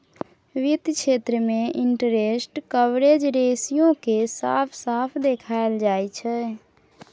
वित्त क्षेत्र मे इंटरेस्ट कवरेज रेशियो केँ साफ साफ देखाएल जाइ छै